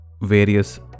various